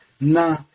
nah